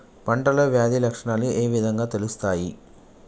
పంటలో వ్యాధి లక్షణాలు ఏ విధంగా తెలుస్తయి?